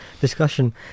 Discussion